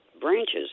branches